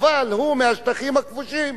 אבל הוא מהשטחים הכבושים,